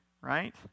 Right